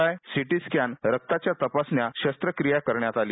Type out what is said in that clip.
I CT scan रक्ताच्या तपासण्या व शस्त्रक्रिया करण्यात आली